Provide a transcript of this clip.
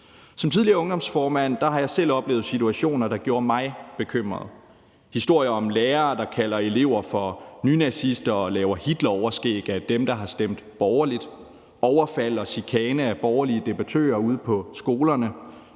Som tidligere ungdomsformand har jeg selv oplevet situationer, der gjorde mig bekymret: historier om lærere, der kalder elever for nynazister og laver Hitleroverskæg over for dem, der har stemt borgerligt, overfald og chikane af borgerlige debattører ude på skolerne,